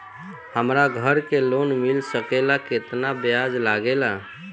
हमरा घर के लोन मिल सकेला केतना ब्याज लागेला?